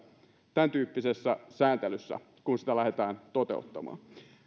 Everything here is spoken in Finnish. tämäntyyppisessä sääntelyssä kun sitä lähdetään toteuttamaan